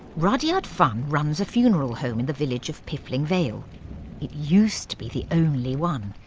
rudyard funn runs a funeral home in the village of piffling vale. it used to be the only one.